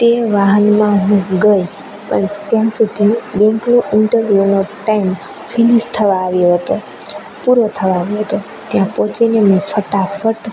તે વાહનમાં હું ગઈ પણ ત્યાં સુધી બેંકનું ઇન્ટરવ્યૂનો ટાઈમ ફિનિશ થવા આવ્યો હતો પૂરો થવા આવ્યો હતો ત્યાં પહોંચીને હું ફટાફટ